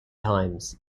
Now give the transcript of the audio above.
times